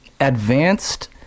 advanced